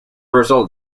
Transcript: result